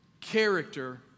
Character